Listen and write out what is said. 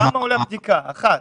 כמה עולה בדיקה אחת.